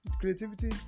creativity